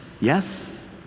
Yes